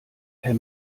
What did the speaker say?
per